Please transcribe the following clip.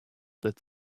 that